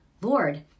Lord